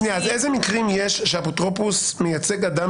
אז איזה מקרים יש שהאפוטרופוס מייצג אדם